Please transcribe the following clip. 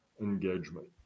engagement